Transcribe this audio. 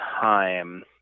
time